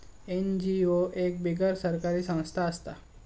NGO एक बिगर सरकारी संस्था असता